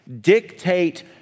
dictate